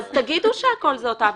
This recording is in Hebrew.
תגידו שהכול אותה בדיקה.